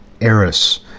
Eris